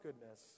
goodness